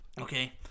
Okay